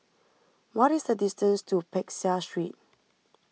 what is the distance to Peck Seah Street